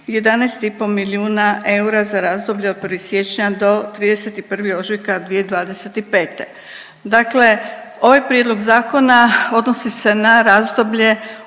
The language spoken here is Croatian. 11,5 milijuna eura za razdoblje od 1. siječnja do 31. ožujka 2025. Dakle ovaj prijedlog zakona odnosi se na razdoblje